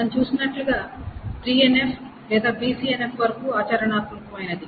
మనం చూసినట్లుగా 3NF లేదా BCNF వరకు ఆచరణాత్మకమైనది